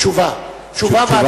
תשובה והצבעה.